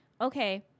Okay